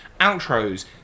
Outros